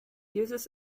uses